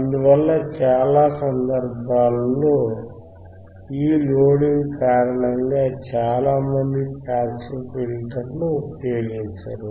అందువల్ల చాలా సందర్భాల్లో ఈ లోడింగ్ కారణంగా చాలామంది పాసివ్ ఫిల్టర్ ను ఉపయోగించరు